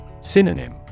Synonym